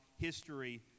history